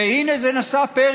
והינה, זה נשא פרי.